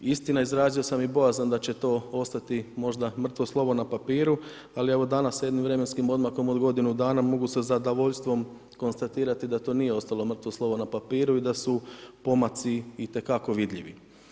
Istina, izrazio sam i bojazan da će to ostati možda mrtvo slovo na papiru, ali, evo, danas s jednim vremenskim odmakom od godinu dana mogu sa zadovoljstvom konstatirati da to nije ostalo mrtvo slovo na papiru i da su pomaci itekako vidljivi.